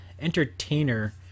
entertainer